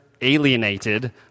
alienated